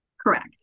Correct